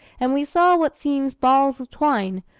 and we saw what seemed balls of twine,